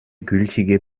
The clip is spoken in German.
gültige